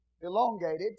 elongated